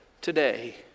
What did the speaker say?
today